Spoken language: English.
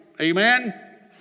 Amen